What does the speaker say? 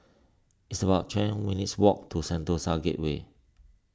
it's about ten minutes' walk to Sentosa Gateway